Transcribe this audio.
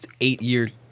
eight-year